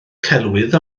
celwydd